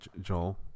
Joel